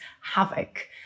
havoc